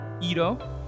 Ito